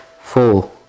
four